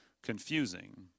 confusing